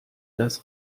das